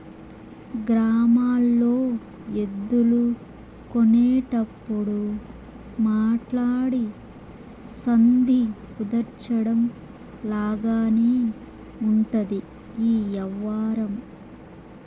గ్రామాల్లో ఎద్దులు కొనేటప్పుడు మాట్లాడి సంధి కుదర్చడం లాగానే ఉంటది ఈ యవ్వారం